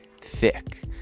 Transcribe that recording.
thick